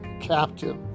captive